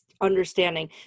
Understanding